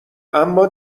اما